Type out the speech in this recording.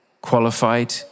qualified